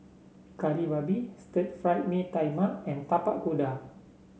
Kari Babi Stir Fried Mee Tai Mak and Tapak Kuda